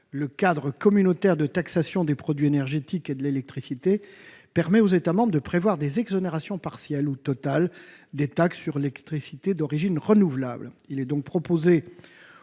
le cadre communautaire de taxation des produits énergétiques et de l'électricité́ permet aux États membres de prévoir des exonérations partielles ou totales des taxes sur l'électricité d'origine renouvelable. Il est proposé,